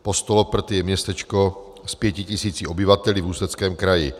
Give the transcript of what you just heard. Postoloprty je městečko s pěti tisíci obyvateli v Ústeckém kraji.